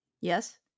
Yes